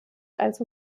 also